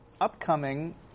upcoming